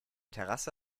terrasse